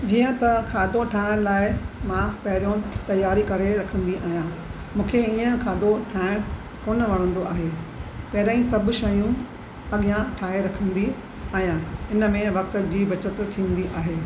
जीअं त खाधो ठाहिण लाइ मां पहिरियों तयारी करे रखंदी आहियां मूंखे हीअं खाधो ठाहिण कोन्ह वणंदो आहे पहिरियां ई सभु शयूं अॻियां ठाहे रखंदी आहियां इनमें वक़्तु जी बचत थींदी आहे